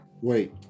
Wait